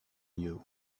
you